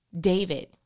David